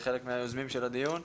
אחד היוזמים של הדיון,